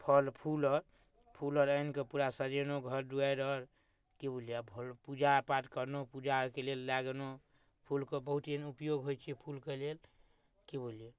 फल फूल फूल अर आनि कऽ पूरा सजेलहुॅं घर दुआरि आर कि बुझलियै आ भल पूजा पाठ करनहुॅं पूजाके लेल लै गेलहुॅं फूल के बहुत उपयोग होइ छै फूलके लेल कि बुझलियै